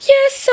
Yes